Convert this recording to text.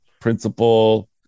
principal